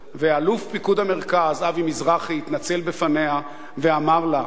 אלוף פיקוד המרכז אבי מזרחי התנצל בפניה ואמר לה: אני